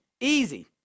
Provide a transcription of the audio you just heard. easy